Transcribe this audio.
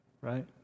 right